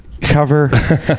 cover